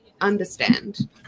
understand